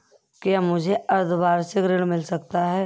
क्या मुझे अर्धवार्षिक ऋण मिल सकता है?